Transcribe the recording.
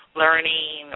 learning